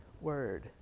word